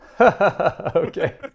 Okay